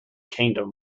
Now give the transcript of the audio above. kingdom